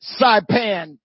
Saipan